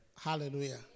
Hallelujah